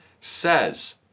says